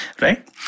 right